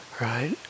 right